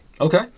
Okay